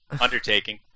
Undertaking